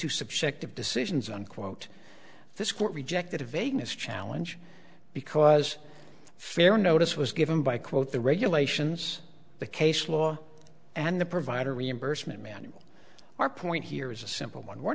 to subjective decisions unquote this court rejected a vagueness challenge because fair notice was given by quote the regulations the case law and the provider reimbursement manual or point here is a simple one we're